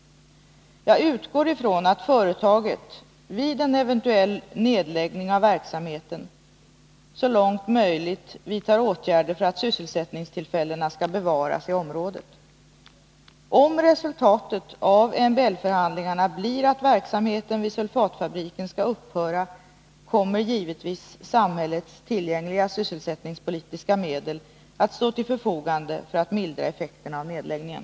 Jag utgår ifrån att företaget vid en eventuell nedläggning av verksamheten så långt möjligt vidtar åtgärder för att sysselsättningstillfällena skall bevaras i området. Om resultatet av MBL-förhandlingarna blir att verksamheten vid sulfatfabriken skall upphöra, kommer givetvis samhällets tillgängliga sysselsättningspolitiska medel att stå till förfogande för att mildra effekten av nedläggningen.